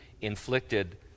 inflicted